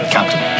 Captain